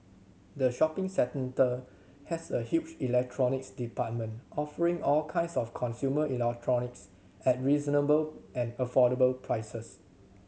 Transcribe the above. the shopping centre has a huge electronics department offering all kinds of consumer electronics at reasonable and affordable prices